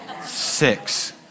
six